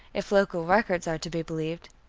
if local records are to be believed.